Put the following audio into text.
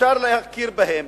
שאפשר להכיר בהן,